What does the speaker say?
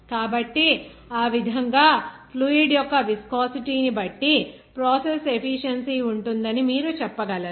కాబట్టి ఆ విధంగా ఫ్లూయిడ్ యొక్క విస్కోసిటీ ని బట్టి ప్రాసెస్ ఎఫీషియెన్సీ ఉంటుందని మీరు చెప్పగలరు